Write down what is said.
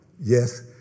Yes